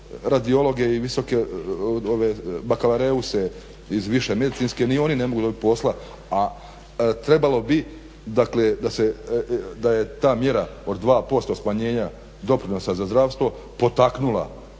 radiologe i visoke bakalarause iz Više medicinske, ni oni ne mogu dobiti posla a trebalo bi da je ta mjera od 2% smanjenja doprinosa za zdravstvo potaknula